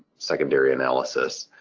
secondary analysis.